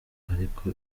ariko